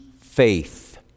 faith